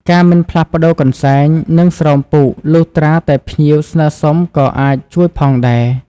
ការមិនផ្លាស់ប្តូរកន្សែង និងស្រោមពូកលុះត្រាតែភ្ញៀវស្នើសុំក៏អាចជួយផងដែរ។